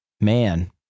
man